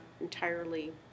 entirely